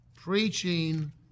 preaching